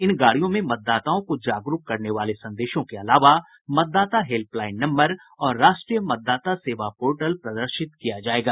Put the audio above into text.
इन गाड़ियों में मतदाताओं को जागरूक करने वाले संदेशों के अलावा मतदाता हेल्पलाइन नम्बर और राष्ट्रीय मतदाता सेवा पोर्टल प्रदर्शित किया जाएगा